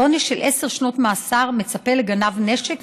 עונש של עשר שנות מאסר מצפה לגנב נשק,